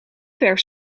ver